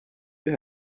you